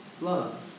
love